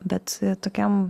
bet tokiam